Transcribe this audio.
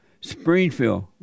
Springfield